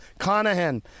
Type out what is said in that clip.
conahan